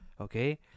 Okay